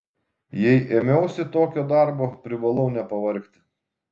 jei ėmiausi tokio darbo privalau nepavargti